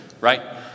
right